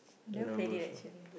I never played it actually